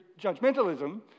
judgmentalism